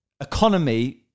economy